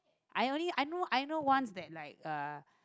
I only I know I know one that's like a